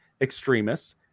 extremists